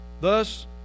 Thus